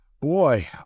boy